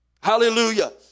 Hallelujah